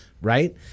right